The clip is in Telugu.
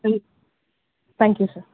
a thank you sir